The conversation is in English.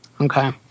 Okay